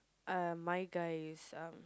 uh my guy is uh